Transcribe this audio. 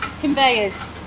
conveyors